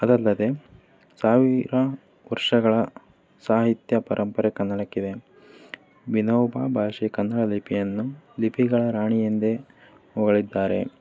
ಅದಲ್ಲದೆ ಸಾವಿರ ವರ್ಷಗಳ ಸಾಹಿತ್ಯ ಪರಂಪರೆ ಕನ್ನಡಕ್ಕಿದೆ ವಿನೋಬಾ ಭಾವೆ ಕನ್ನಡ ಲಿಪಿಯನ್ನು ಲಿಪಿಗಳ ರಾಣಿಯೆಂದೇ ಹೊಗಳಿದ್ದಾರೆ